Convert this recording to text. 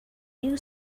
you